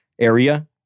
area